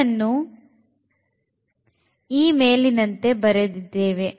ಇದನ್ನು x11 y2 1 41 ಎಂದು ಬರೆದುಕೊಳ್ಳಬಹುದು